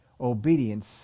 Obedience